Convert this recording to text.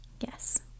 Yes